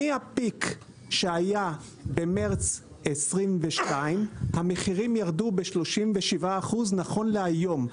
מהפיק שהיה במרס 2022 המחירים ירדו ב-37% נכון להיום.